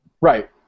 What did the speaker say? Right